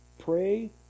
Pray